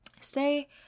Stay